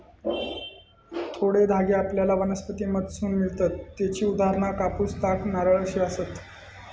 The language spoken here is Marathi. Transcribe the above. थोडे धागे आपल्याला वनस्पतींमधसून मिळतत त्येची उदाहरणा कापूस, ताग, नारळ अशी आसत